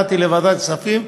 באתי לוועדת כספים,